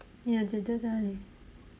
你的姐姐在哪里